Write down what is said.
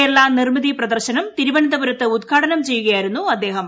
കേരള നിർമ്മിതി പ്രദർശനം തിരുവനന്തപുരത്ത് ഉദ്ഘാടനം ചെയ്യുകയായിരുന്നു അദ്ദേഹം